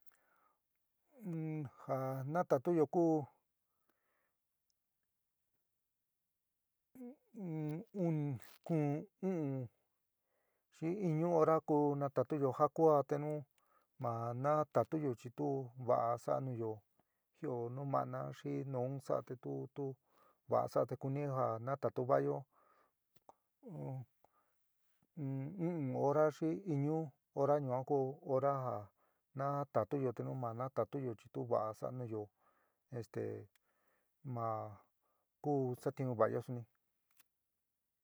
in ja natatuyo ku kuún u'un xi iñu hora ko natatuyo ja kuaá te nu ma natatuyo chi tu va'a sa'a núyo jɨo numa'ana xi nun sa'a te tu tu va'a sa'a te kuni ja natatu va'ayo u'un hora xi iñu hora ñua ku hora ja natatuyo te nu ma natatuyo chi tuva'a sa'a núyo esté ma ku satiún va'ayo suni.